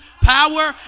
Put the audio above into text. power